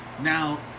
now